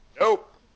Nope